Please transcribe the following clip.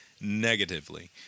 negatively